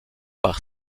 par